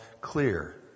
clear